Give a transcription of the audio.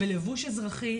בלבוש אזרחי,